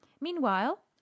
meanwhile